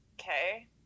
okay